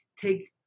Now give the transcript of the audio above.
take